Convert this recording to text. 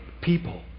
people